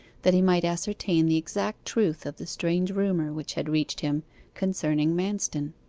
that he might ascertain the exact truth of the strange rumour which had reached him concerning manston.